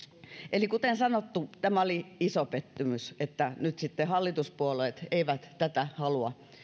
eli kuten sanottu oli iso pettymys että nyt sitten hallituspuolueet eivät tätä halua